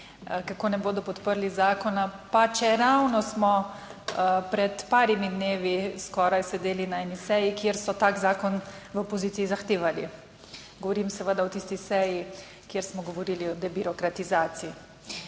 kako ne bodo podprli zakona, pa čeravno smo pred parimi dnevi skoraj sedeli na eni seji, kjer so tak zakon v opoziciji zahtevali. Govorim seveda o tisti seji, kjer smo govorili o debirokratizaciji.